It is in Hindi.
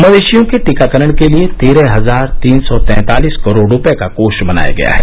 मवेशियों के टीकाकरण के लिए तेरह हजार तीन सौ तैंतालीस करोड़ रुपये का कोष बनाया गया है